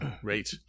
Great